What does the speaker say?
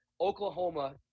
Oklahoma